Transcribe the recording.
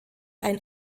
ein